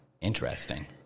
Interesting